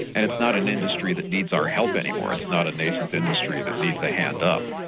and it's not an industry that needs our help any more, it's not a nascent industry that needs the hand up.